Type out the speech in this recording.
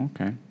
Okay